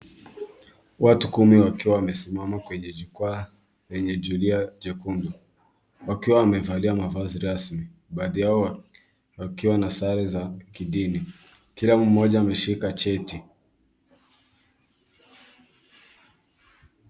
Watu kumi wakiwa wamesimama kwenye jukwaa lenye zulia jekundu, wakiwa wamevalia mavazi rasmi. Baadhi yao wakiwa na sare za kidini, kila mmoja ameshika cheti.